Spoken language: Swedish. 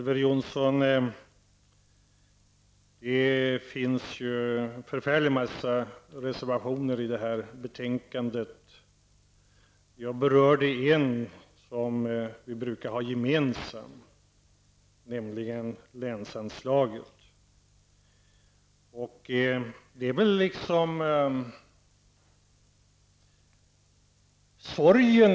Herr talman! Det finns ju förfärligt många reservationer fogade till detta betänkande, Elver Jonsson. Jag berörde en som vi gemensamt brukar stå bakom, nämligen den som handlar om läsanslaget.